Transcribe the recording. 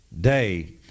day